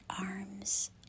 arms